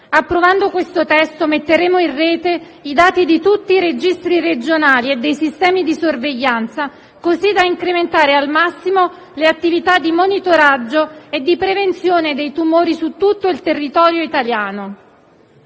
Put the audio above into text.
Approvando questo testo, metteremo in rete i dati di tutti i registri regionali e dei sistemi di sorveglianza così da incrementare al massimo le attività di monitoraggio e di prevenzione dei tumori su tutto il territorio italiano.